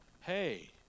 hey